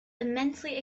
immensely